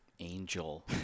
angel